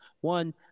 One